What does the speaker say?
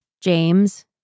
James